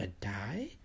die